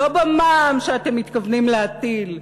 לא במע"מ שאתם מתכוונים להטיל,